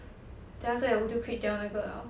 then after that 我就 quit 掉那个 liao